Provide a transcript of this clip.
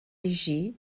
légers